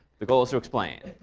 the goal is to explain.